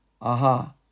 Aha